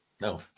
No